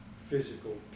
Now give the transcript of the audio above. physical